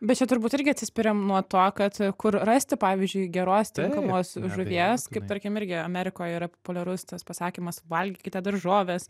bet čia turbūt irgi atsispiriam nuo to kad kur rasti pavyzdžiui geros tinkamos žuvies kaip tarkim irgi amerikoj yra populiarus tas pasakymas valgykite daržoves